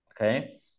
okay